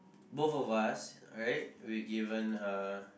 both of us alright we given uh